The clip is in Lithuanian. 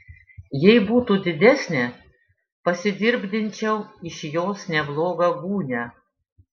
jei būtų didesnė pasidirbdinčiau iš jos neblogą gūnią